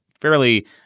fairly